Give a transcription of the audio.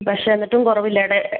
പക്ഷെ എന്നിട്ടും കുറവില്ല